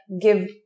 give